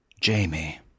Jamie